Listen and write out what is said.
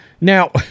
Now